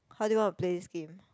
how do you wanna play this game